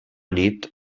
nit